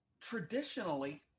traditionally